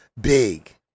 Big